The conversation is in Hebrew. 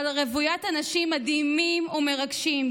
אבל רוויית אנשים מדהימים ומרגשים,